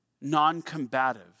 non-combative